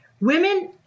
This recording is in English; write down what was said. Women